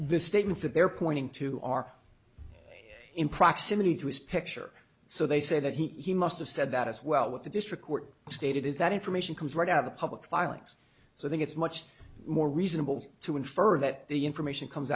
this statements that they're pointing to are in proximity to his picture so they say that he must have said that as well what the district court stated is that information comes right out of the public filings so i think it's much more reasonable to infer that the information comes